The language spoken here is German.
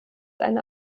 eine